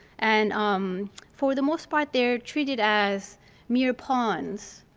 and um for the most part, they are treated as mere pawns,